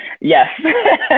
Yes